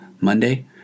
Monday